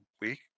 week